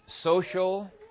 social